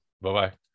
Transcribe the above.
bye-bye